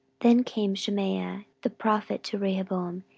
then came shemaiah the prophet to rehoboam,